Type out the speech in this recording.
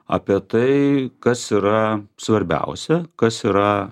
apie tai kas yra svarbiausia kas yra